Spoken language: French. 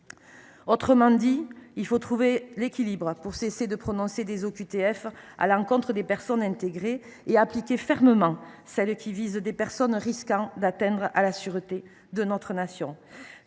Autrement dit, il faut trouver l’équilibre pour cesser de prononcer des OQTF à l’encontre de personnes intégrées et appliquer fermement celles qui visent des personnes risquant d’attenter à la sûreté de notre Nation.